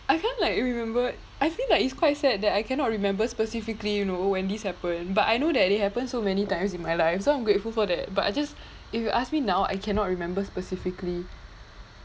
I can't like remember I feel like it's quite sad that I cannot remember specifically you know when this happened but I know that it happened so many times in my life so I'm grateful for that but I just if you ask me now I cannot remember specifically